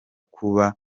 kuba